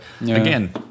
again